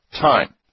time